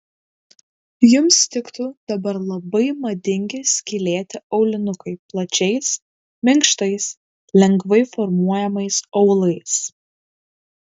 jums tiktų dabar labai madingi skylėti aulinukai plačiais minkštais lengvai formuojamais aulais